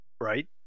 Right